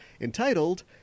entitled